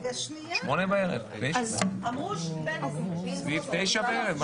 20:00, 21:00. סביב 21:00 בערך.